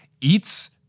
eats